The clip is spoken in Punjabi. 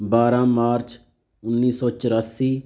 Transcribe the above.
ਬਾਰ੍ਹਾਂ ਮਾਰਚ ਉੱਨੀ ਸੌ ਚੁਰਾਸੀ